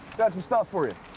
got some stuff for you.